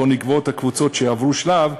שבו נקבעות הקבוצות שיעברו שלב,